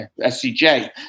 SCJ